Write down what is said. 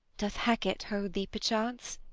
doth hecat hold thee perchance,